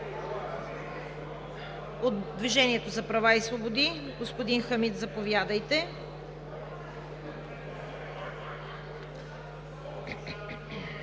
От „Движението за права и свободи“ – господин Хамид, заповядайте.